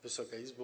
Wysoka Izbo!